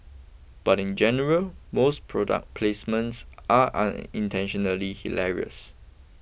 but in general most product placements are unintentionally hilarious